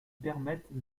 permettent